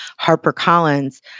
HarperCollins